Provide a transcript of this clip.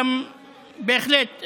בהחלט.